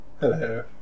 Hello